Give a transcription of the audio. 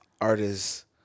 artists